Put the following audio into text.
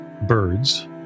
birds